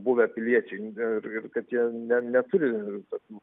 buvę piliečiai ir ir kad jie ne neturi tokių